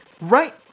Right